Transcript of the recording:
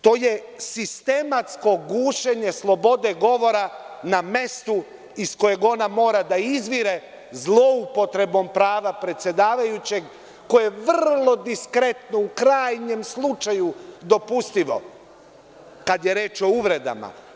To je sistematsko gušenje slobode govora na mestu iz kojeg ona mora da izvire zloupotrebom prava predsedavajućeg koje je vrlo diskretno, u krajnjem slučaju dopustivo, kada je reč o uvredama.